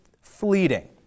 fleeting